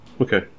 Okay